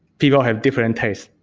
people have different and tastes.